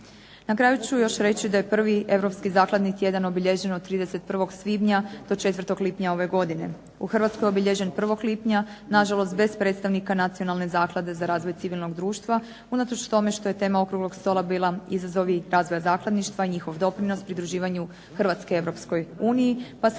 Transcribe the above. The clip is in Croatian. Na kraju ću još reći da je prvi europski zakladni tjedan obilježen od 31. svibnja do 4. lipnja ove godine. U Hrvatskoj je obilježen 1. lipnja, nažalost bez predstavnika Nacionalne zaklade za razvoj civilnog društva unatoč tome što je tema okruglog stola bila "Izazovi razvoja zakladništva i njihov doprinos pridruživanju Hrvatske EU", pa se nadamo